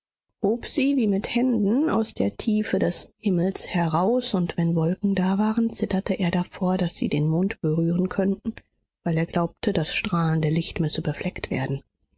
hob sie wie mit händen aus der tiefe des himmels heraus und wenn wolken da waren zitterte er davor daß sie den mond berühren könnten weil er glaubte das strahlende licht müsse befleckt werden